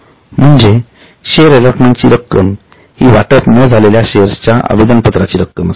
म्हणजे share allotment ची रक्कम हि वाटप न झालेल्या शेअर्स च्या आवेदनपत्राची रक्कम असते